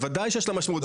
בוודאי שיש לה משמעות.